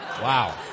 Wow